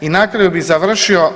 I na kraju bih završio.